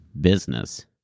business